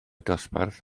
dosbarth